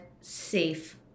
safe